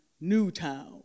Newtown